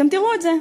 אתם תראו את זה,